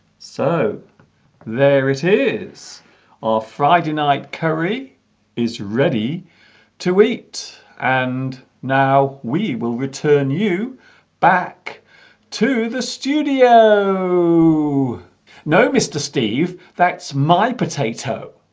so there it is our friday night curry is ready to eat and now we will return you back to the studio no mr. steve that's my potato